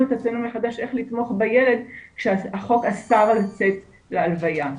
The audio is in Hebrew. את עצמנו מחדש איך לתמוך בילד כשהחוק אסר לצאת להלוויה.